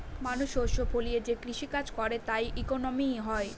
মানুষ শস্য ফলিয়ে যে কৃষি কাজ করে তার ইকোনমি হয়